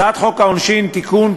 הצעת חוק העונשין (תיקון,